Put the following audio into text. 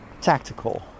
tactical